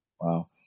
Wow